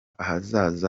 ahazaza